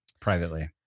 privately